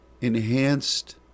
enhanced